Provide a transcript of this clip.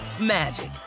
magic